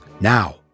now